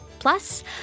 Plus